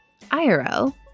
IRL